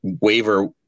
waiver